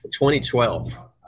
2012